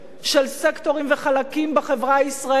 של סקטורים וחלקים בחברה הישראלית,